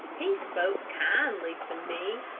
he spoke kindly to me,